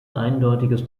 eindeutiges